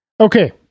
Okay